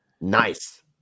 Nice